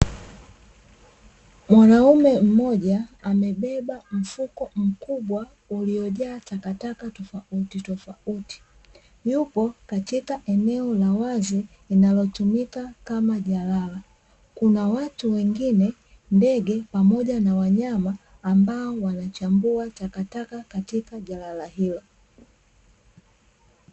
Mwanaume mmoja amebeba mfuko mkubwa, uliojaa takataka tofautitofauti. Yupo katika eneo la wazi linalotumika kama jalala. Kuna watu wengine, ndege, pamoja na wanyama, ambao wanachambua takataka katika jalala hilo.